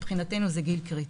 מבחינתנו זה גיל קריטי.